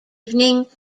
evening